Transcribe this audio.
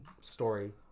story